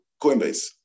Coinbase